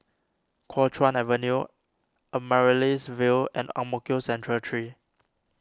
Kuo Chuan Avenue Amaryllis Ville and Ang Mo Kio Central three